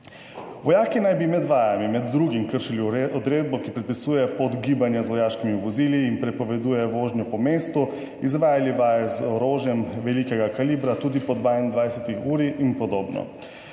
Vojaki naj bi med vajami med drugim kršili odredbo, ki predpisuje pot gibanja z vojaškimi vozili in prepoveduje vožnjo po mestu, izvajali vaje z orožjem velikega kalibra tudi po 22. uri in podobno.